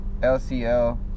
LCL